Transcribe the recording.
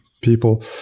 people